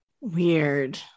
Weird